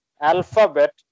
Alphabet